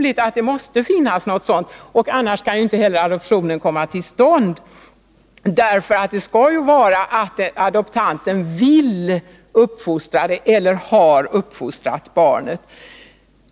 I annat fall kan inte heller adoptionen komma till stånd, för det skall ju vara så att adoptanten vill uppfostra eller har uppfostrat barnet.